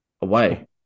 away